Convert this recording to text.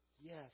Yes